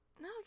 no